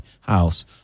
House